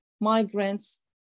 migrants